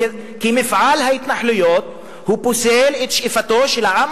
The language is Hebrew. כי מפעל ההתנחלויות פוסל את שאיפתו של העם